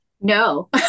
No